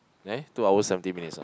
eh two hour seventeen minutes ah